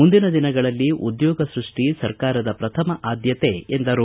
ಮುಂದಿನ ದಿನಗಳಲ್ಲಿ ಉದ್ಯೋಗ ಸೃಷ್ಟಿ ಸರ್ಕಾರದ ಪ್ರಥಮ ಆದ್ಯತೆ ಎಂದರು